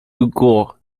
gourd